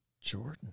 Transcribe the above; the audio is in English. Jordan